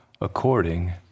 according